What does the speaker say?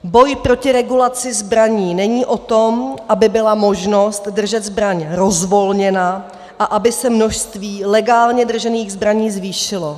Boj proti regulaci zbraní není o tom, aby byla možnost držet zbraň rozvolněna a aby se množství legálně držených zbraní zvýšilo.